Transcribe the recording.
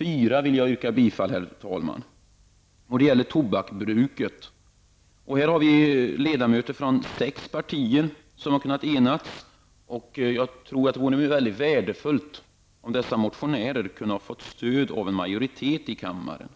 Jag vill också yrka bifall till reservation nr 4. Den gäller tobaksbruket. Ledamöter från sex partier har här kunnat enas. Jag tror att det vore mycket värdefullt om dessa motionärer skulle kunna få stöd av en majoritet i kammaren.